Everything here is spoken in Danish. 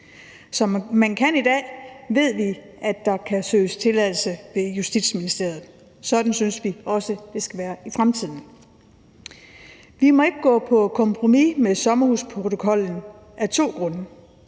Som man kan i dag, ved vi, at der kan søges tilladelse ved Justitsministeriet. Sådan synes vi også det skal være i fremtiden. Vi må ikke gå på kompromis med sommerhusprotokollen af to grunde.